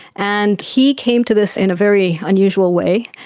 and he came to this in a very unusual way.